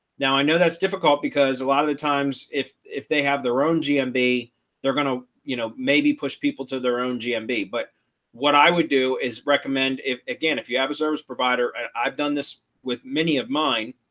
now, i know that's difficult because a lot of the times if if they have their own gmb, they're going to, you know, maybe push people to their own gmb. but what i would do is recommend if again, if you have a service provider, i've done this with many of mine.